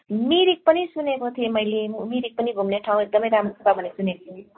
मिरिक पनि सुनेको थिएँ मैले मिरिक पनि घुम्ने ठाउँँ एकदमै राम्रो छ भनेको सुनेको थिएँ